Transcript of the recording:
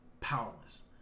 powerless